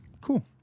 Cool